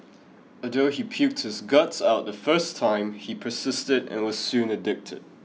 although he puked his guts out the first time he persisted and was soon addicted